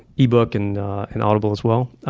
ebook and and audible, as well.